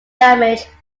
damage